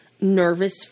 nervous